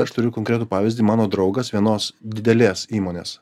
aš turiu konkretų pavyzdį mano draugas vienos didelės įmonės